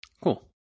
Cool